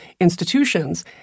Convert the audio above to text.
institutions